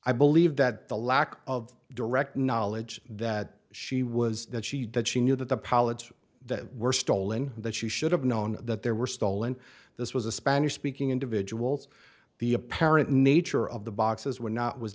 i believe that the lack of direct knowledge that she was that she did she knew that the pilots that were stolen that she should have known that there were stolen this was a spanish speaking individuals the apparent nature of the boxes were not was